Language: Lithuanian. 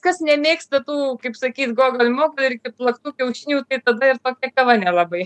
kas nemėgsta tų kaip sakyt gogal mogal ir plaktų kiaušinių tai tada ir tokia kava nelabai